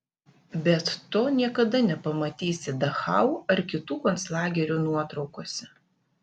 bet to niekada nepamatysi dachau ar kitų konclagerių nuotraukose